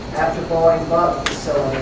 after boeing bought